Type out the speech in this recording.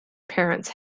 parents